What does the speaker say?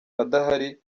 adahari